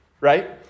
right